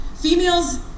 females